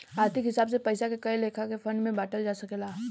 आर्थिक हिसाब से पइसा के कए लेखा के फंड में बांटल जा सकेला